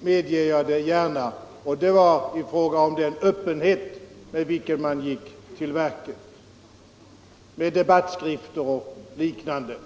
medger jag det gärna, och det är i fråga om den öppenhet med vilken man gick till verket med debattskrifter och liknande.